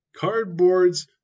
cardboards